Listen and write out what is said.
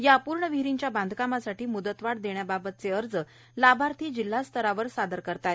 या अपूर्ण विहिरीच्या बांधकामासाठी मुदतवाढ देण्याबाबतचे अर्ज लाभार्थी जिल्हास्तरावर सादर करीत आहेत